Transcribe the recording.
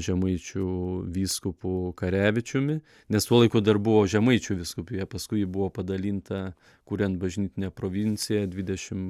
žemaičių vyskupu karevičiumi nes tuo laiku dar buvo žemaičių vyskupija paskui ji buvo padalinta kuriant bažnytiną provinciją dvidešim